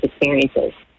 experiences